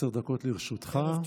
עשר דקות לרשותך, בבקשה.